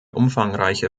umfangreiche